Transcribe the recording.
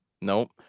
Nope